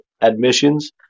admissions